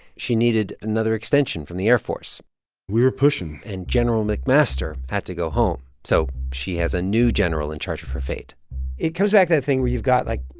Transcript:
she needed another extension from the air force we were pushing and general mcmaster had to go home, so she has a new general in charge of her fate it comes back to the thing where you've got, like, you